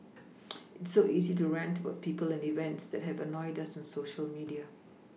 it's so easy to rant about people and events that have annoyed us on Social media